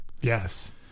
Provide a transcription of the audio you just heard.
Yes